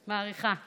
מעריכה.